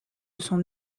son